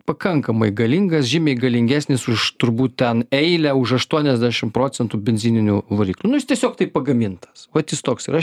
pakankamai galingas žymiai galingesnis už turbūt ten eilę už aštuoniasdešim procentų benzininių varikl nu jis tiesiog taip pagamintas vat jis toks yra aš